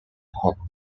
hot